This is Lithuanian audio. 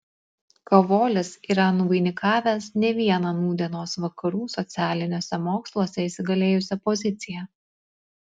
kavolis yra nuvainikavęs ne vieną nūdienos vakarų socialiniuose moksluose įsigalėjusią poziciją